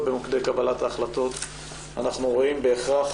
במוקדי קבלת ההחלטות אנחנו רואים בהכרח